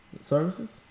services